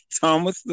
Thomas